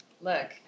Look